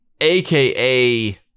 AKA